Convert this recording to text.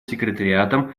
секретариатом